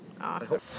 Awesome